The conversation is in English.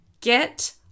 get